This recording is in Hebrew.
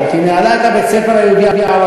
אחותי ניהלה את בית-הספר היהודי-ערבי,